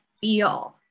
feel